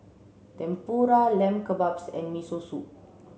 Tempura Lamb Kebabs and Miso Soup